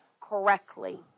correctly